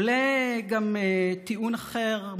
עולה גם טיעון אחר,